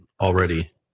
already